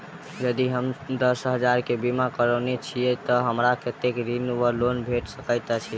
यदि हम दस हजार केँ बीमा करौने छीयै तऽ हमरा कत्तेक ऋण वा लोन भेट सकैत अछि?